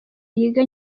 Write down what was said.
yiga